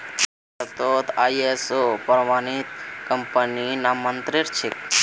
भारतत आई.एस.ओ प्रमाणित कंपनी नाममात्रेर छेक